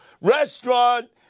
restaurant